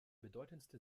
bedeutendste